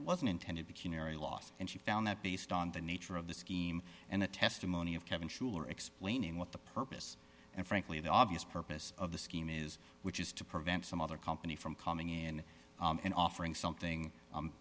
wasn't intended to last and she found that based on the nature of the scheme and the testimony of kevin schuler explaining what the purpose and frankly the obvious purpose of the scheme is which is to prevent some other company from coming in and offering something